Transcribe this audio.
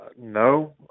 No